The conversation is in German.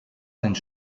sind